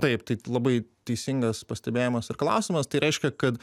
taip tai labai teisingas pastebėjimas ir klausimas tai reiškia kad